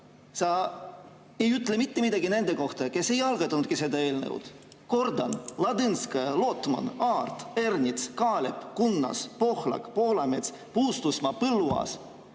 sa ei ütle mitte midagi nende kohta, kes ei algatanudki seda eelnõu. Kordan: Ladõnskaja, Lotman, Aart, Ernits, Kaalep, Kunnas, Pohlak, Poolamets, Puustusmaa, Põlluaas.